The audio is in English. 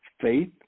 faith